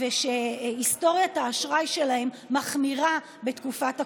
ושהיסטוריית האשראי שלהם מחמירה בתקופת הקורונה.